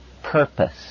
purpose